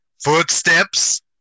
Footsteps